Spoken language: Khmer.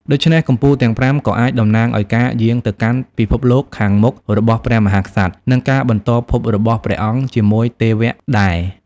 ដូច្នេះ កំពូលទាំងប្រាំក៏អាចតំណាងឲ្យការយាងទៅកាន់ពិភពលោកខាងមុខរបស់ព្រះមហាក្សត្រ និងការបន្តភពរបស់ព្រះអង្គជាមួយទេវៈដែរ។